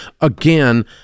again